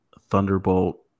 thunderbolt